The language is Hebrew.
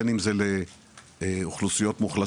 בין אם זה לאוכלוסיות מוחלשות,